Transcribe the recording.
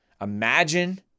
imagine